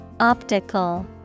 Optical